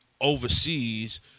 overseas